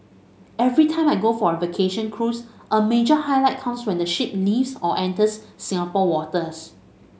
every time I go for a vacation cruise a major highlight comes when the ship leaves or enters Singapore waters